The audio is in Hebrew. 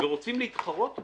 ורוצים להתחרות בו,